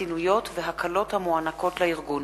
חסינויות והקלות המוענקות לארגון.